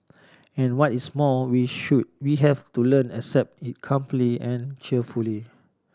and what is more we should we have to learn accept it calmly and cheerfully